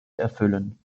erfüllen